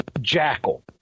Jackal